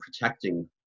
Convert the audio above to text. protecting